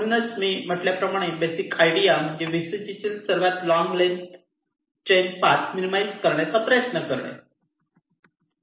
म्हणूनच मी म्हटल्याप्रमाणे बेसिक आयडिया म्हणजे व्हीसीजीतील सर्वात लॉन्ग चैन पाथ मिनीमाईज करण्याचा प्रयत्न करणे